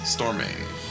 Storming